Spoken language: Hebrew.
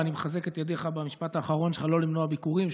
ואני מחזק את ידיך במשפט האחרון שלך לא למנוע ביקורים.